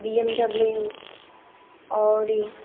BMW Audi